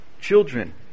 children